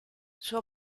suo